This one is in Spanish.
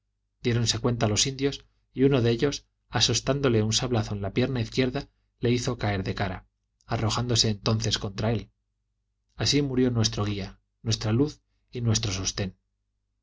diéronse cuenta los indios y uno de ellos asestándole un sablazo en la pierna izquierda le hizo caer de cara arrojándose entonces contra él así murió nuestro guía nuestra luz y nuestro sostén